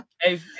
Hey